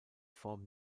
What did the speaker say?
form